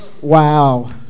Wow